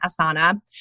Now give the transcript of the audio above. Asana